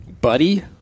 Buddy